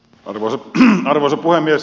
arvoisa puhemies